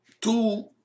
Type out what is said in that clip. Two